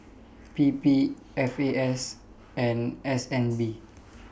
P P F A S and S N B